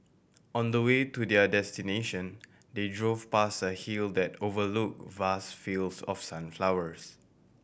on the way to their destination they drove past a hill that overlook vast fields of sunflowers